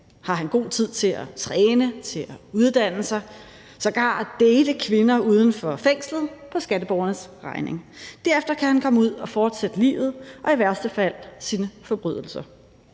har han god tid til at træne, til at uddanne sig, sågar date kvinder uden for fængslet på skatteborgernes regning. Derefter kan han komme ud og fortsætte livet og i værste fald sine forbrydelser.